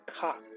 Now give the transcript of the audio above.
cock